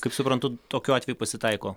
kaip suprantu tokių atvejų pasitaiko